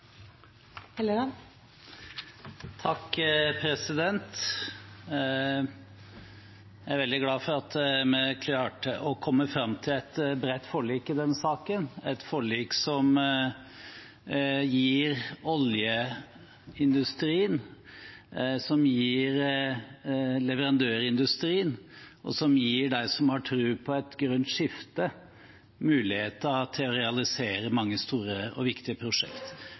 veldig glad for at vi klarte å komme fram til et bredt forlik i denne saken – et forlik som gir oljeindustrien, leverandørindustrien og de som har tro på et grønt skifte, muligheten til å realisere mange store og viktige